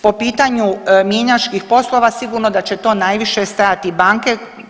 Po pitanju mjenjačkih poslova sigurno da će to najviše stajati banke.